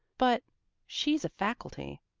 but she's a faculty.